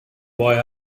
boy